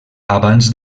abans